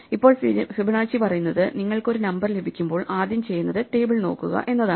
ഇപ്പോൾ ഫിബൊനാച്ചി പറയുന്നത് നിങ്ങൾക്ക് ഒരു നമ്പർ ലഭിക്കുമ്പോൾ ആദ്യം ചെയ്യുന്നത് ടേബിൾ നോക്കുക എന്നതാണ്